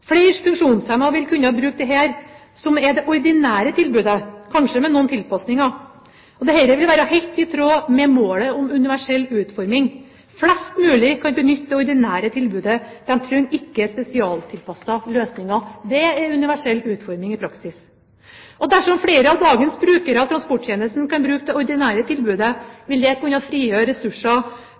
Flere funksjonshemmede vil kunne bruke dette som er det ordinære tilbudet, kanskje med noen tilpasninger. Dette vil være helt i tråd med målet om universell utforming. Flest mulig kan benytte det ordinære tilbudet. De trenger ikke spesialtilpassede løsninger. Dette er universell utforming i praksis. Dersom flere av dagens brukere av transporttjenesten kan bruke det ordinære tilbudet, vil det kunne